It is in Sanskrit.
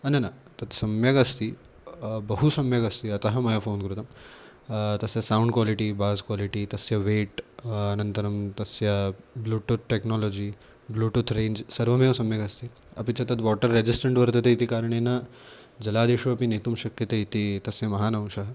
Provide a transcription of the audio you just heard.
अ न न तत् सम्यगस्ति बहु सम्यगस्ति अतः मया फ़ोन् कृतं तस्य सौण्ड् क्वालिटि बास् क्वालिटी तस्य वेट् अनन्तरं तस्य ब्लूटूत् टेक्नालजि ब्लूटूत् रेञ्ज् सर्वमेव सम्यगस्ति अपि च तद् वाटर् रेजिस्ट्रेण्ट् वर्तते इति कारणेन जलादिषु अपि नेतुं शक्यते इति तस्य महान् अंशः